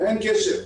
ואין קשר.